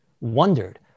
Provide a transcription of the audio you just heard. wondered